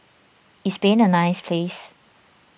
is Spain a nice place